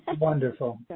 Wonderful